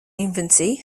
infancy